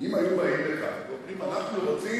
אני הייתי ראש עיר ואני אומר לך, זה לא קשור